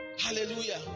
hallelujah